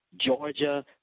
Georgia